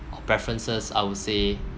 or preferences I would say